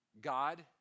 God